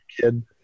kid